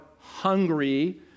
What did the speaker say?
hungry